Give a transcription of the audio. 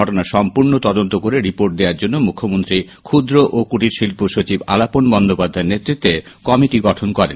ঘটনার সম্পূর্ন তদন্ত করে রিপোর্ট দেওয়ার জন্যে মুখ্যমন্ত্রী ফ্ফুদ্র ও কুটির শিল্প সচিব আলাপন বন্দ্যোপাধ্যায়ের নেতৃত্বে কমিটি গঠন করেন